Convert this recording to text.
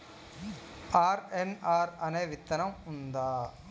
RNR అనే విత్తనం ఉందా?